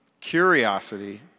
curiosity